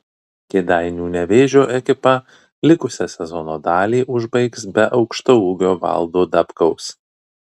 kėdainių nevėžio ekipa likusią sezono dalį užbaigs be aukštaūgio valdo dabkaus